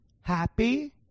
happy